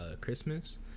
Christmas